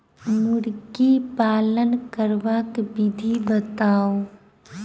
मुर्गी पालन करबाक विधि बताऊ?